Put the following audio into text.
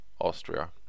Austria